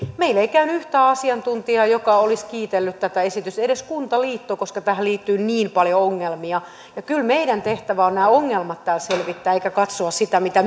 meillä ei käynyt yhtään asiantuntijaa joka olisi kiitellyt tätä esitystä ei edes kuntaliitosta koska tähän liittyy niin paljon ongelmia kyllä meidän tehtävämme on nämä ongelmat täällä selvittää eikä katsoa sitä mitä